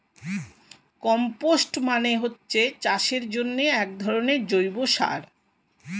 compost মানে হচ্ছে চাষের জন্যে একধরনের জৈব সার